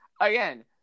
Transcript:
Again